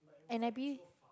and I believe